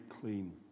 clean